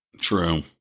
true